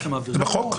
בחוק?